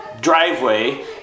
driveway